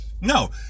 No